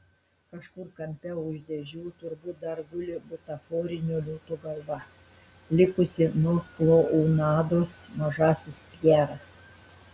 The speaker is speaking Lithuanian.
kažkur kampe už dėžių turbūt dar guli butaforinio liūto galva likusi nuo klounados mažasis pjeras